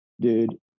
dude